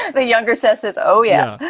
the younger says is. oh yeah.